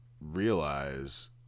realize